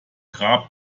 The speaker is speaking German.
grab